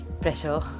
pressure